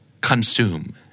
consume